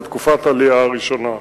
בתקופת העלייה הראשונה.